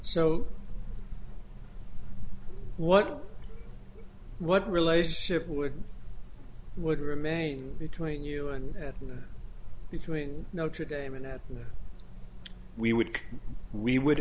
so what what relationship would would remain between you and between notre dame and that we would we would